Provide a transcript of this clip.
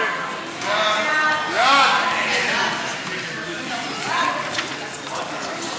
ההצעה להעביר את הצעת חוק הביטוח הלאומי (תיקון מס'